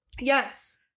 Yes